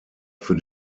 für